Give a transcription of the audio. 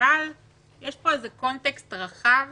אבל יש פה קונטקסט רחב